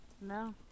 No